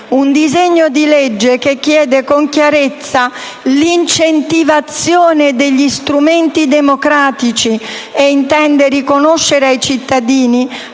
un disegno di legge che chiede con chiarezza l'incentivazione degli strumenti democratici e intende riconoscere ai cittadini